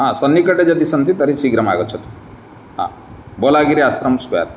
हं सन्निकटे यदि सन्ति तर्हि शीघ्रम् आगच्छतु बोलागिरि आसन् स्क्वेर्